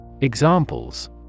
Examples